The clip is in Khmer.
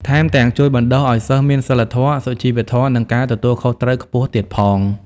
ថែមទាំងជួយបណ្តុះឲ្យសិស្សមានសីលធម៌ សុជីវធម៌ និងការទទួលខុសត្រូវខ្ពស់ទៀតផង។